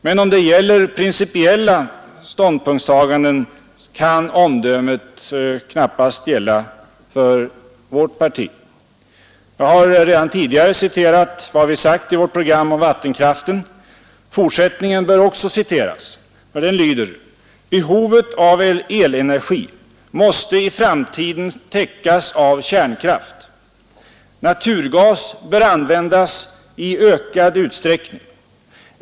Men om det gäller principiella ståndpunktstaganden kan omdömet knappast gälla för vårt parti. Jag har redan tidigare citerat vad vi sagt i vårt program om vattenkraften. Fortsättningen bör också citeras. Den lyder: ”Behovet av elenergi måste i framtiden täckas av kärnkraft. Naturgas bör användas i ökad utsträckning.